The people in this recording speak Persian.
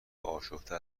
آشفته